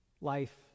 Life